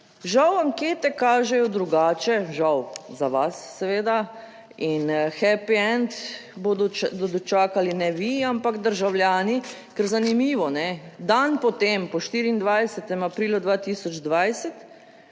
Žal ankete kažejo drugače, žal za vas seveda in happy and bodo dočakali ne vi, ampak državljani, ker zanimivo, ne dan po tem, po 24. aprilu 2022,